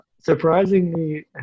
Surprisingly